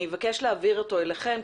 אני אבקש להעביר אותו אליכם,